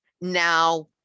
now